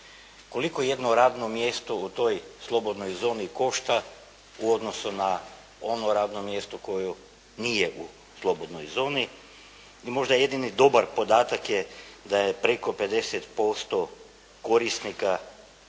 Koliko jedno radno mjesto u toj slobodnoj zoni košta u odnosu na ono radno mjesto koje nije u slobodnoj zoni? I možda jedini dobar podatak je da je preko 50% korisnika